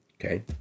okay